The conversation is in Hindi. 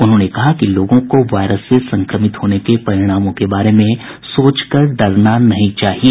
उन्होंने कहा कि लोगों को वायरस से संक्रमित होने के परिणामों के बारे में सोचकर डरना नहीं चाहिए